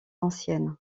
ancienne